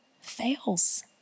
fails